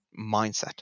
mindset